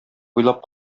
уйлап